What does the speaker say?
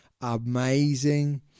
amazing